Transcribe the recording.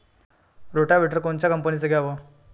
Rotavator कोनच्या कंपनीचं घ्यावं?